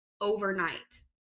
overnight